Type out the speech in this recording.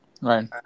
Right